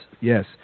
yes